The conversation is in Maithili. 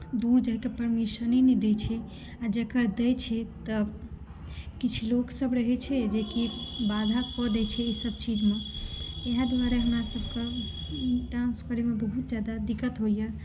दूर जायकेँ परमिशने नहि दै छै जेकरा दै छै तऽ किछु लोक सब रहै छै जेकि बाधा कऽ दै छै एहिसब चीज मे इहए दुआरे हमरा सब के डांस करै मे बहुत जादा दिक्कत होएया